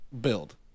build